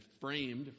framed